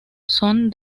son